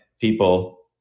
people